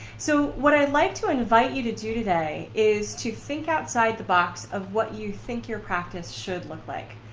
so, what i'd like to invite you to do today is to think outside the box of what you think your practice should look like.